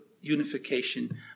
unification